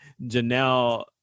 Janelle